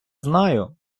знаю